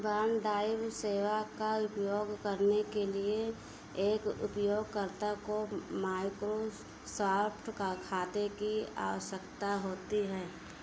OneDrive सेवा का उपयोग करने के लिए एक उपयोगकर्ता को माइक्रोसॉफ्ट का खाते की आवश्यकता होती है